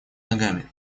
ногами